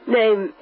name